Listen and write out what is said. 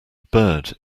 bird